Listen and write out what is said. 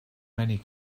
many